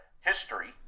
history